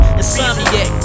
Insomniac